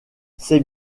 c’est